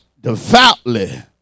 devoutly